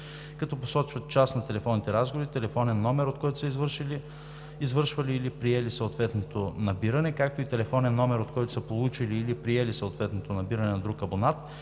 като посочват час на телефонните разговори, телефонен номер, от който са извършвали или приели съответното набиране, както и телефонен номер, от който са получили или приели съответното набиране на друг абонат